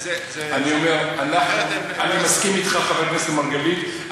אני מסכים אתך, חבר הכנסת מרגלית.